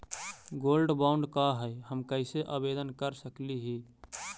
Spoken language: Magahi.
गोल्ड बॉन्ड का है, हम कैसे आवेदन कर सकली ही?